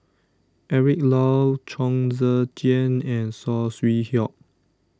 Eric Low Chong Tze Chien and Saw Swee Hock